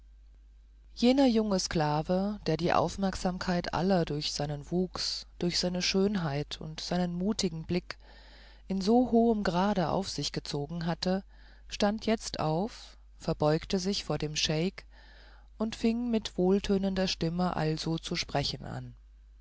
jener junge sklave der die aufmerksamkeit aller durch seinen wuchs durch seine schönheit und seinen mutigen blick in so hohem grade auf sich gezogen hatte stand jetzt auf verbeugte sich vor dem scheik und fing mit wohltönender stimme also zu sprechen an